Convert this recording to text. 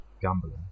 gambling